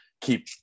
keep